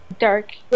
Dark